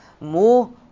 more